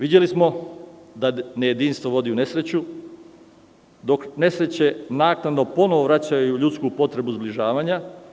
Videli smo da nejedinstvo vodi u nesreću, dok nesreće naknadno ponovo vraćaju ljudsku potrebu zbližavanja.